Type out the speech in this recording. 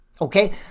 Okay